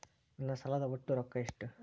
ನನ್ನ ಸಾಲದ ಒಟ್ಟ ರೊಕ್ಕ ಎಷ್ಟು?